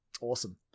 awesome